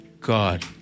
God